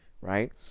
right